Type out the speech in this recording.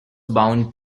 bound